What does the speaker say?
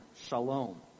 Shalom